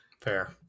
Fair